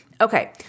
Okay